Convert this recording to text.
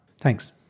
Thanks